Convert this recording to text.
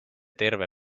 terve